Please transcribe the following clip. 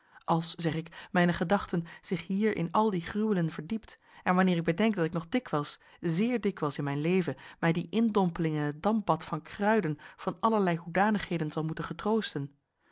als zeg ik mijne gedachte zich hier in al die gruwelen verdiept en wanneer ik bedenk dat ik nog dikwijls zeer dikwijls in mijn leven mij die indompeling in het dampbad van kruiden van allerlei hoedanigheden zal moeten getroosten